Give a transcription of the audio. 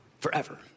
forever